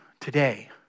today